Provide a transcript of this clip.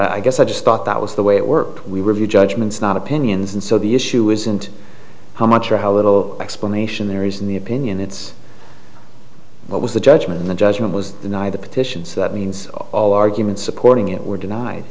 but i guess i just thought that was the way it worked we review judgments not opinions and so the issue isn't how much or how little explanation there is in the opinion it's what was the judgment in the judgment was the nie the petitions that means all arguments supporting it were denied